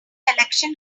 election